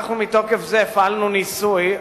מתוקף זה אנחנו הפעלנו ניסוי,